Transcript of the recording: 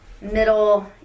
Middle